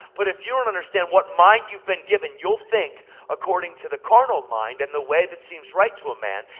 but if you don't understand what mind you've been given, you'll think according to the carnal mind and the way that seems right to a man,